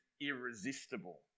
irresistible